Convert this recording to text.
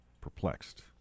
Perplexed